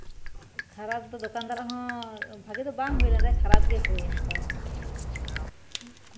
ᱠᱷᱟᱨᱟᱯ ᱫᱚ ᱫᱚᱠᱟᱱ ᱫᱟᱨ ᱟᱜ ᱦᱚᱸ ᱵᱷᱟᱜᱮ ᱫᱚ ᱵᱟᱝ ᱦᱩᱭ ᱞᱮᱱ ᱛᱟᱭᱟ ᱠᱷᱟᱨᱟᱯ ᱜᱮ ᱦᱩᱭᱮᱱ ᱛᱟᱭᱟ